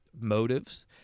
motives